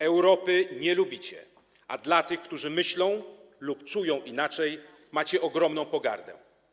Europy nie lubicie, a dla tych, którzy myślą lub czują inaczej, macie ogromną pogardę.